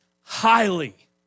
highly